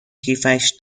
کیفش